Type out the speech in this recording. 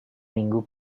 minggu